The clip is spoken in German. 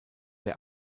der